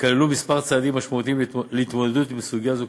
ייכללו מספר צעדים משמעותיים להתמודדות עם סוגיה זו,